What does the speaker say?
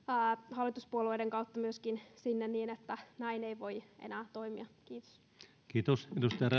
hallituspuolueiden kautta myöskin sinne niin että näin ei voi enää toimia kiitos